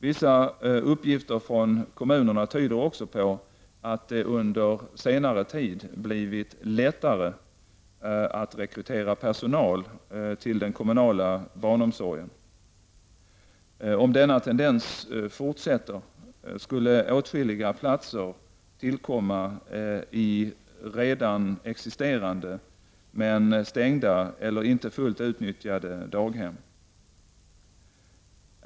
Vissa uppgifter från kommunerna tyder också på att det under senare tid blivit lättare att rekrytera personal till den kommunala barnomsorgen. Om denna tendens fortsätter skulle åtskilliga platser tillkomma i redan existerande men stängda eller inte fullt utnyttjade daghem.